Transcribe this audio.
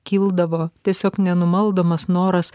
kildavo tiesiog nenumaldomas noras